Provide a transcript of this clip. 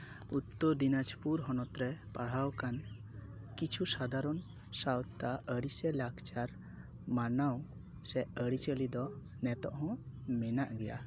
ᱩᱛᱛᱚᱨ ᱫᱤᱱᱟᱡᱽᱯᱩᱨ ᱦᱚᱱᱚᱛ ᱨᱮ ᱯᱟᱲᱦᱟᱣ ᱟᱠᱟᱱ ᱠᱤᱪᱷᱩ ᱥᱟᱫᱷᱟᱨᱚᱱ ᱥᱟᱶᱛᱟ ᱟᱹᱨᱤ ᱥᱮ ᱞᱟᱠᱪᱟᱨ ᱢᱟᱱᱟᱣ ᱥᱮ ᱟᱹᱨᱤᱼᱪᱟᱹᱞᱤ ᱫᱚ ᱱᱤᱛᱚᱜ ᱦᱚᱸ ᱢᱮᱱᱟᱜ ᱜᱮᱭᱟ